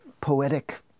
poetic